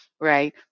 right